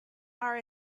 are